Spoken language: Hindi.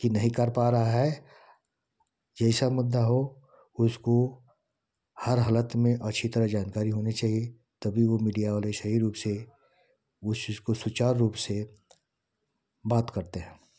कि नहीं कर पा रहा है जैसा मुद्दा हो उसको हर हालत में अच्छी तरह जानकारी होनी चाहिए तभी वो मिडिया वाले सही रूप से उस चीज़ को सुचारू रूप से बात करते हैं